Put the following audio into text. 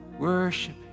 worship